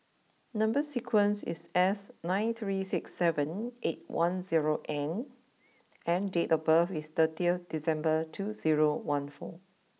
number sequence is S nine three six seven eight one zero N and date of birth is thirty December two zero one four